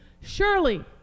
Surely